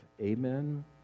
Amen